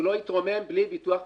הוא לא יתרומם בלי ביטוח פיקדונות.